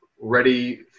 ready